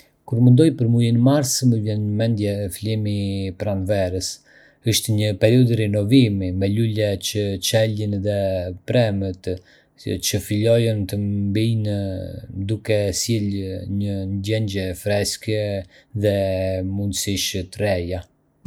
Kur mendoj për muajin mars, më vjen në mendje fillimi i pranverës. Është një periudhë rinovimi, me lule që çelin dhe pemët që fillojnë të mbijnë, duke sjellë një ndjenjë freskie dhe mundësish të reja.